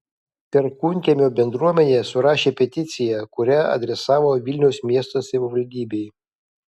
perkūnkiemio bendruomenė surašė peticiją kurią adresavo vilniaus miesto savivaldybei